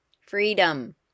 Freedom